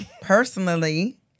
personally